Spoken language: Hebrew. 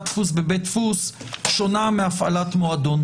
דפוס בבית דפוס שונה מהפעלת מועדון.